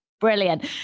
Brilliant